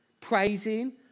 praising